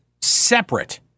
separate